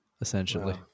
essentially